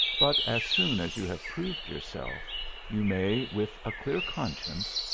but as soon as you have proved yourself you may, with a clear conscience,